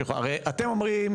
הרי אתם אומרים,